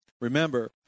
Remember